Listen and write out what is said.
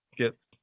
get